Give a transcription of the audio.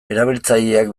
erabiltzaileak